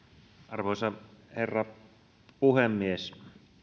arvoisa herra puhemies